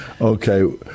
Okay